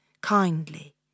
kindly